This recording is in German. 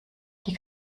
die